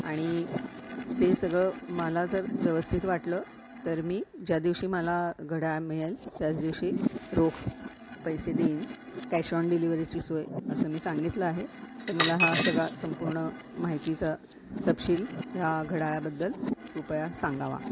आणि ते सगळं मला जर व्यवस्थित वाटलं तर मी ज्या दिवशी मला घड्याळ मिळेल त्याच दिवशी रोख पैसे देईन कॅश ऑन डिलिवरीची सोय असं मी सांगितलं आहे तर मला हा सगळा संपूर्ण माहितीचा तपशील ह्या घड्याळाबद्दल कृपया सांगावा